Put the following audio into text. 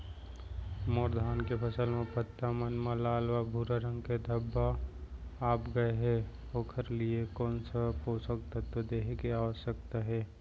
मोर धान के फसल म पत्ता मन म लाल व भूरा रंग के धब्बा आप गए हे ओखर लिए कोन स पोसक तत्व देहे के आवश्यकता हे?